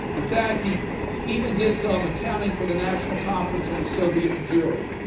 in fact, he even did some accounting for the national conference on soviet jury.